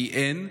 כי אין,